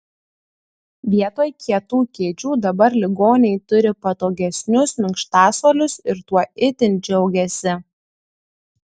vietoj kietų kėdžių dabar ligoniai turi patogesnius minkštasuolius ir tuo itin džiaugiasi